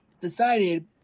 decided